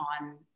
on